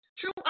True